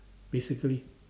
basically